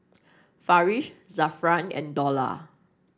Farish Zafran and Dollah